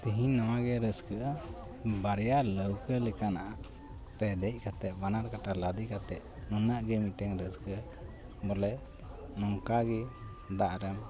ᱛᱮᱦᱮᱧ ᱱᱚᱣᱟᱜᱮ ᱨᱟᱹᱥᱠᱟᱹ ᱵᱟᱨᱭᱟ ᱞᱟᱹᱣᱠᱟᱹ ᱞᱮᱠᱟᱱᱟᱜ ᱨᱮ ᱫᱮᱡ ᱠᱟᱛᱮᱫ ᱵᱟᱱᱟᱨ ᱠᱟᱴᱟ ᱞᱟᱫᱮ ᱠᱟᱛᱮᱫ ᱱᱩᱱᱟᱹᱜ ᱜᱮ ᱢᱤᱫᱴᱮᱱ ᱨᱟᱹᱥᱠᱟᱹ ᱵᱚᱞᱮ ᱱᱚᱝᱠᱟᱜᱮ ᱫᱟᱜᱨᱮᱢ